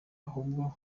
ahubwo